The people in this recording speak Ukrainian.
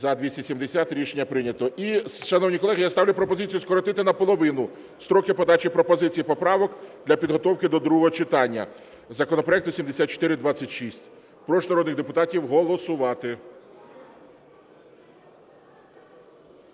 За-270 Рішення прийнято. І, шановні колеги, я ставлю пропозицію скоротити наполовину строки подачі пропозицій і поправок для підготовки до другого читання законопроекту 7426. Прошу народних депутатів голосувати.